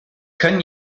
können